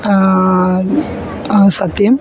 സത്യം